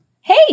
hey